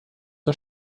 der